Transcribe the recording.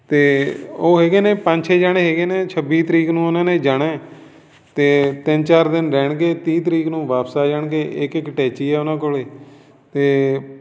ਅਤੇ ਉਹ ਹੈਗੇ ਨੇ ਪੰਜ ਛੇ ਜਣੇ ਹੈਗੇ ਨੇ ਛੱਬੀ ਤਰੀਕ ਨੂੰ ਉਹਨਾਂ ਨੇ ਜਾਣਾ ਹੈ ਅਤੇ ਤਿੰਨ ਚਾਰ ਦਿਨ ਰਹਿਣਗੇ ਤੀਹ ਤਰੀਕ ਨੂੰ ਵਾਪਸ ਆ ਜਾਣਗੇ ਇੱਕ ਇੱਕ ਟੈਚੀ ਆ ਉਹਨਾਂ ਕੋਲ ਅਤੇ